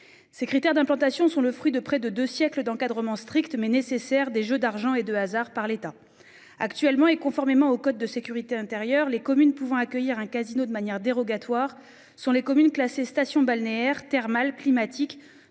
Ces critères d'implantation sont le fruit de près de 2 siècles d'encadrement strict mais nécessaire des jeux d'argent et de hasard par l'État. Actuellement et conformément au code de sécurité intérieur les communes pouvant accueillir un casino de manière dérogatoire sur les communes classées stations balnéaires, thermales, climatiques